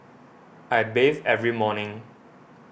I bathe every morning